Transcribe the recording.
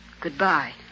Goodbye